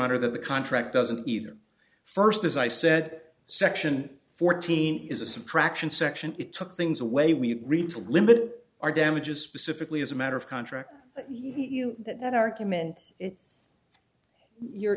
honor that the contract doesn't either first as i said section fourteen is a subtraction section it took things away we read to limit our damages specifically as a matter of contract you know that that argument you're